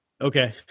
Okay